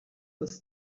was